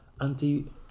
anti